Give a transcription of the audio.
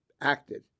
acted